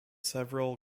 several